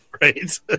Right